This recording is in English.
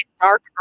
dark